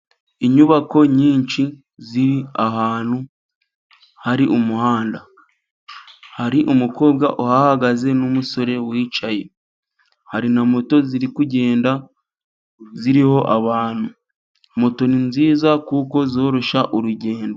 Inyubako nyinshi ziri ahantu hari umuhanda, hari umukobwa uhahagaze n'umusore wicaye. Hari na moto ziri kugenda ziriho abantu. Moto ni nziza kuko zoroshya urugendo.